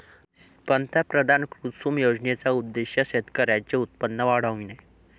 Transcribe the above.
पंतप्रधान कुसुम योजनेचा उद्देश शेतकऱ्यांचे उत्पन्न वाढविणे